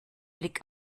blick